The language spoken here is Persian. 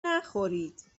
نخورید